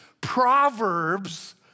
Proverbs